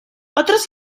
otros